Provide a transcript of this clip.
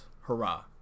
hurrah